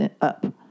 up